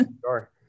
Sure